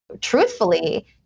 truthfully